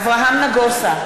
אברהם נגוסה,